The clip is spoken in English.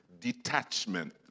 detachment